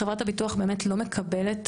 חברת הביטוח באמת לא מקבלת,